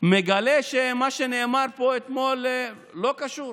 מגלה שמה שנאמר פה אתמול לא קשור,